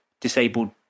disabled